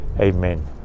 Amen